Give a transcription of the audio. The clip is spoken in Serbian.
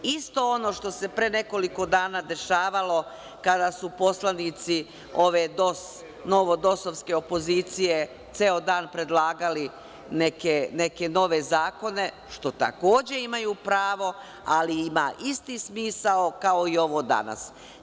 Isto ono što se pre nekoliko dana dešavalo, kada su poslanici ove novodosovske opozicije ceo dan predlagali neke nove zakone, što takođe imaju pravo, ali ima isti smisao kao i ovo dana.